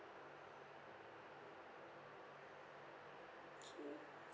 okay